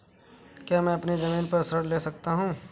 क्या मैं अपनी ज़मीन पर ऋण ले सकता हूँ?